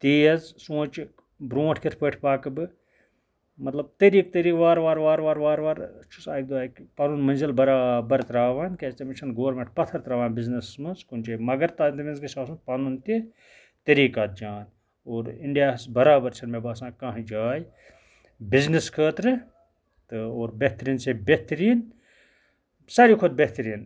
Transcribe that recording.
تیز سونچہِ برونٹھ کِتھ پٲٹھۍ پَکہٕ بہٕ مطلب طریٖقہٕ طریٖقہٕ وارٕ وارٕ وارٕ وارٕ وارٕ وارٕ چھُ سُہ اَکہِ دۄہ پَنُن مٔنزِلہٕ برابر تراوان کیازِ تٔمِس چھُنہٕ گورمینٹ پَتھر تراوان بِزنِسس منٛز کُنہِ جایہِ تَتھ تٔمِس گژھِ آسُن پَنُن تہِ طریٖقات جان اور اِنڈیاہَس برابر چھےٚ نہٕ مےٚ باسان کٕہٕنۍ تہِ جاے بِزنِس خٲطرٕ تہٕ اور بہتریٖن سے بہتریٖن ساروے کھۄتہٕ بہتریٖن